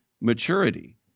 maturity